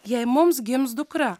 jei mums gims dukra